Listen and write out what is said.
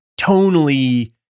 tonally